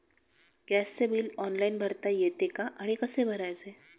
गॅसचे bill online भरता येते का आणि कसे भरायचे?